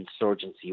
insurgency